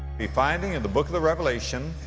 be finding in the book of the revelation,